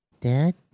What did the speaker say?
Dad